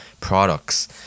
products